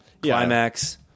climax